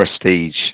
prestige